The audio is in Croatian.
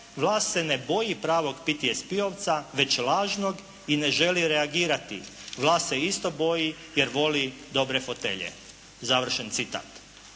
Vlast se ne boji pravog PTSP-ovca, već lažnog i ne želi reagirati. Vlast se isto boji jer voli dobre fotelje." Završen citat.